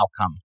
outcome